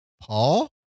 Paul